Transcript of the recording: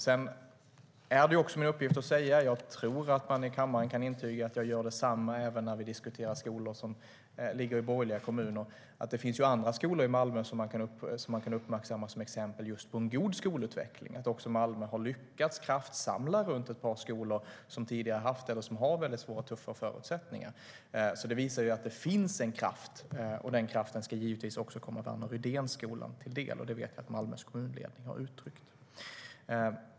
Sedan är det också min uppgift att säga - och jag tror att man i kammaren kan intyga att jag gör detsamma även när det diskuteras skolor som ligger i borgerliga kommuner: Det finns andra skolor i Malmö som man kan uppmärksamma som exempel på en god skolutveckling, att också Malmö har lyckats kraftsamla runt ett par skolor som tidigare har haft eller har tuffa förutsättningar. Det visar att det finns en kraft. Den kraften ska givetvis också komma Värner Rydénskolan till del, och det vet jag att Malmö kommunledning har uttryckt.